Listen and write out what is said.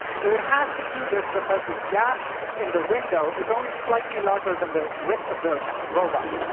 so it has to do this because this gap in the window is only slightly larger than the width of the robot.